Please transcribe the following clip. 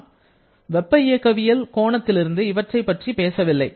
நாம் வெப்ப இயக்கவியல் கோணத்திலிருந்து இவற்றைப் பற்றி பேசவில்லை